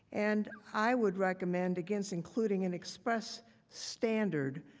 and i would recommend against including an expressed standard.